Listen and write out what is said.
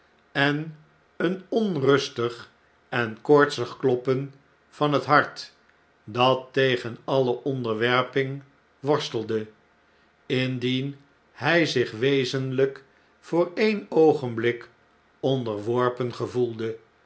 en een onrustig en koortsig kloppen van het hart dat tegen alle onderwerping worstelde indien hij zich wezenlijk voor e'e'n oogenblik onderworpen gevoelde